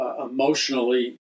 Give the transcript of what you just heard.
emotionally